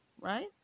right